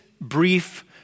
brief